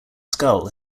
skull